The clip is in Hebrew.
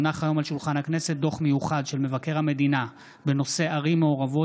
הונח היום על שולחן הכנסת דוח מיוחד של מבקר המדינה בנושא ערים מעורבות,